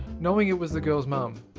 knowing it was the girl's mom.